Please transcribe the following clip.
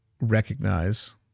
recognize